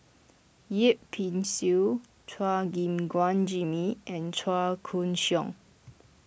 Yip Pin Xiu Chua Gim Guan Jimmy and Chua Koon Siong